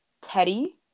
teddy